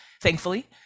thankfully